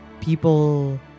people